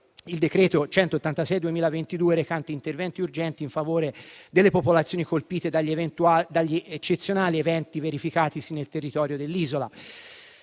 il decreto-legge recante interventi urgenti in favore delle popolazioni colpite dagli eventi eccezionali verificatisi nel territorio dell'isola